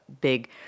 big